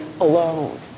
alone